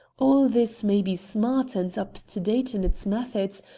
all this may be smart and up-to-date in its methods,